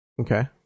Okay